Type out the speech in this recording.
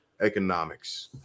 economics